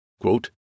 Quote